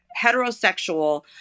heterosexual